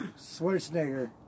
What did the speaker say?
Schwarzenegger